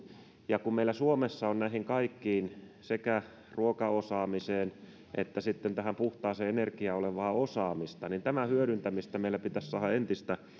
ja kun meillä suomessa on näihin kaikkiin sekä ruokaosaamiseen että sitten tähän puhtaaseen energiaan osaamista niin tämän hyödyntämistä meillä pitäisi saada entistä